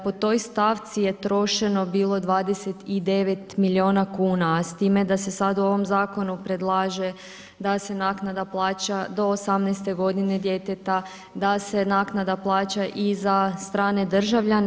Po toj stavci je trošeno bilo 29 milijuna kuna, a s time da se sad u ovom Zakonu predlaže da se naknada plaća do 18. godine djeteta, da se naknada plaća i za strane državljane.